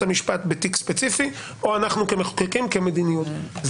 המשפט בתיק ספציפי או אנחנו כמחוקקים כמדיניות,